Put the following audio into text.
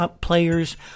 players